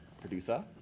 producer